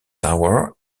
tower